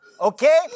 Okay